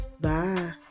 Bye